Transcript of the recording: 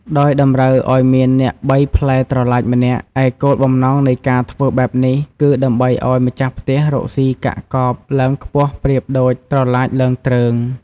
ដោយតម្រូវឲ្យមានអ្នកបីផ្លែត្រឡាចម្នាក់ ឯគោលបំណងនៃការធ្វើបែបនេះគឺ ដើម្បីឲ្យម្ចាស់ផ្ទះរកស៊ីកាក់កបឡើងខ្ពស់ប្រៀបដូចត្រឡាចឡើងទ្រើង ។